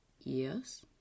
Yes